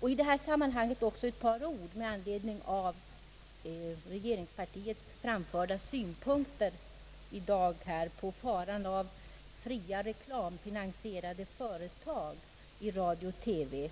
Får jag i detta sammanhang också säga ett par ord med anledning av regeringspartiets här i dag framförda synpunkter på faran av fria, reklamfinansierade företag i radio-TV.